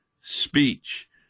speech